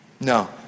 No